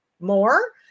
more